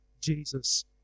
Jesus